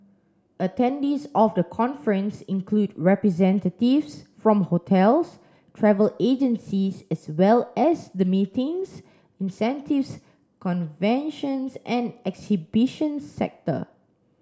attendees of the conference include representatives from hotels travel agencies as well as the meetings incentives conventions and exhibitions sector